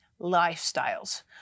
lifestyles